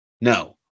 No